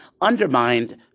undermined